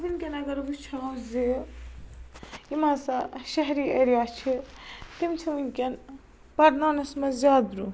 وٕنکٮ۪ن اگر وٕچھُو زِ یِم ہَسا شہری ایرِیا چھِ تِم چھِ وٕنکٮ۪ن پرناونس منٛز زیادٕ برٛۄنٛہہ